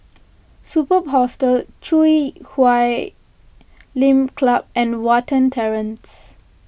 Superb Hostel Chui Huay Lim Club and Watten Terrace